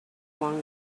long